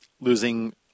losing